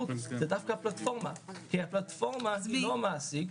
זה דווקא הפלטפורמה כי הפלטפורמה היא לא המעסיק.